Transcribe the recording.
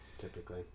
typically